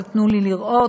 אבל תנו לי לראות,